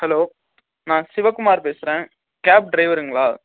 hello நான் சிவகுமார் பேசுகிறேன் cab டிரைவருங்களா